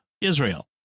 Israel